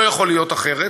לא יכול להיות אחרת.